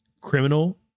criminal